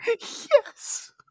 Yes